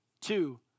Two